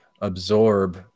absorb